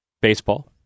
Baseball